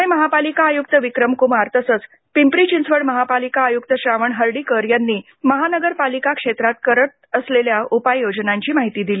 पुणे महापालिका आयुक्त विक्रम कुमार तसेच पिंपरी चिंचवड महापालिका आयुक्त श्रावण हर्डीकर यांनी महानगरपालिका क्षेत्रात करण्यात आलेल्या उपाययोजनांची माहिती दिली